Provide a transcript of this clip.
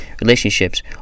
relationships